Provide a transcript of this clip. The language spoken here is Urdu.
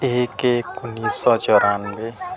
ایک ایک انیس سو چورانوے